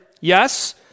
yes